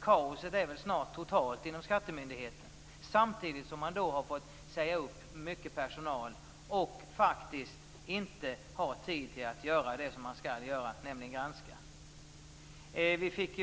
Kaoset är väl snart totalt inom skattemyndigheterna. Samtidigt har man fått säga upp mycket personal och har faktiskt inte tid till att göra det man skall göra, nämligen granska. Vi fick